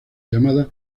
llamadas